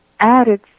added